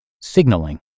signaling